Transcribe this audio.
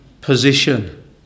position